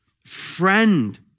friend